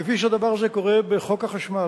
כפי שהדבר הזה קורה בחוק החשמל,